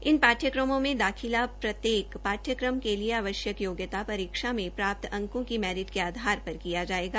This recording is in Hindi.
इन पाठ्यक्रमों में दाखिला अब प्रत्येक पाठ्यक्रम के लिए आवश्यक योग्यता परीक्षा में प्राप्त अंकों की मैरिट के आधार पर किया जायेगा